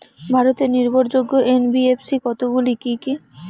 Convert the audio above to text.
ভারতের নির্ভরযোগ্য এন.বি.এফ.সি কতগুলি কি কি?